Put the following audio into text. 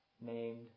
named